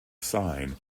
sign